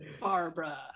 Barbara